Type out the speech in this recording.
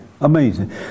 Amazing